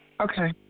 Okay